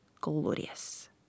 Glorious